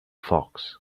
fox